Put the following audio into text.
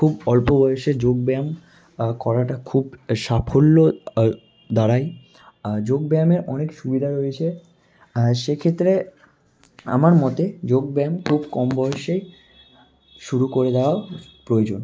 খুব অল্প বয়সে যোগব্যায়াম করাটা খুব সাফল্য দাঁড়ায় যোগব্যায়ামের অনেক সুবিধা রয়েছে সেক্ষেত্রে আমার মতে যোগব্যায়াম খুব কম বয়েসেই শুরু করে দেওয়া প্রয়োজন